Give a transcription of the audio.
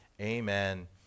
Amen